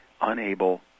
unable